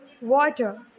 water